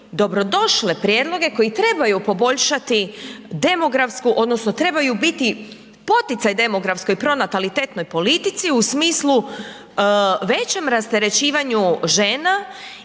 dobrodošle prijedloge koji trebaju poboljšati demografsku odnosno trebaju biti poticaj demografskoj pronatalitetnoj politici u smislu većem rasterećivanju žena